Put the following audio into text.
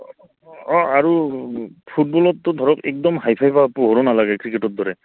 অঁ আৰু ফুটবলততো ধৰক একদম হাই ফাই পোহৰো নালাগে ক্ৰিকেটৰ দৰে